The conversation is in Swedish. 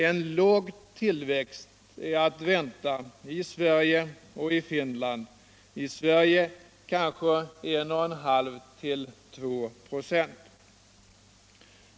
En låg tillväxt är att vänta i Sverige och i Finland, i Sverige kanske 1,5—2 96.